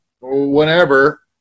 whenever